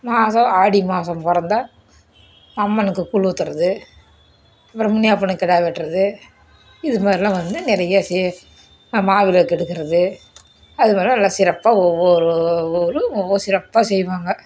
மாதம் ஆடி மாதம் பிறந்தா அம்மனுக்கு கூழ் ஊற்றுறது அப்புறம் முனியப்பனுக்கு கிடா வெட்டுறது இதுமாதிரிலாம் வந்து நிறைய செ மாவிளக்கு எடுக்கிறது அதுமாதிரிலாம் நல்லா சிறப்பாக ஒவ்வொரு ஒரு ரொம்ப சிறப்பாக செய்வாங்க